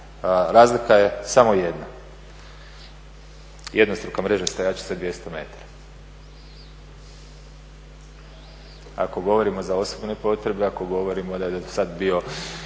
Razlika je samo jedna, jednostruka mreža stajačica 200 metara. Ako govorimo za osobne potrebe, ako govorimo da je do sada bio